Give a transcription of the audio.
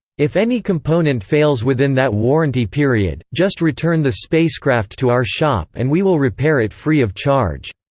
if any component fails within that warranty period, just return the spacecraft to our shop and we will repair it free of charge.